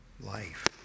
life